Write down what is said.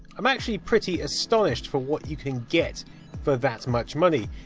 i'm actually pretty astonished for what you can get for that much money.